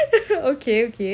okay okay